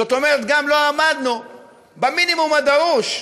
זאת אומרת שגם לא עמדנו במינימום הדרוש.